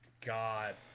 God